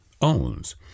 owns